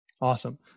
Awesome